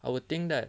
I would think that